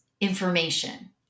information